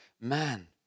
man